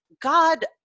God